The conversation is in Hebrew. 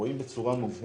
רואים בצורה מובהקת